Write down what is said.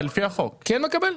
כן מקבל?